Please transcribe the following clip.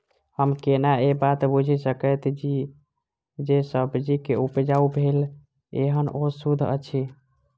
हम केना ए बात बुझी सकैत छी जे सब्जी जे उपजाउ भेल एहन ओ सुद्ध अछि?